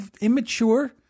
immature